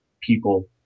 people